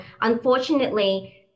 unfortunately